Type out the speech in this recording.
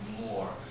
more